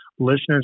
listeners